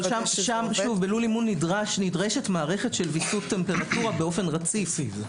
אבל בלול אימון נדרשת מערכת של ויסות טמפרטורה באופן רציף.